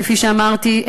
כפי שאמרתי,